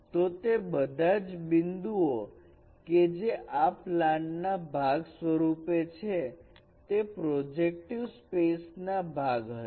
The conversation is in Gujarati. તો તે બધા જ બિંદુઓ કેજે આ પ્લેન ના ભાગ સ્વરૂપે છે તે પ્રોજેક્ટિવ સ્પેસ ના ભાગ હતા